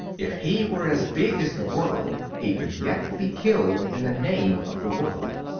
if he were as big as the world he could yet be killed in the name of the world.